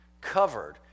covered